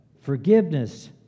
forgiveness